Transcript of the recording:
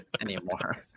anymore